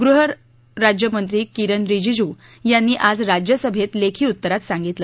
गृहराज्यमंजी किरेन रिजिजू यांनी आज राज्यसभेत लेखी उत्तरात सांगितलं